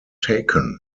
taken